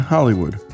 Hollywood